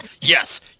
yes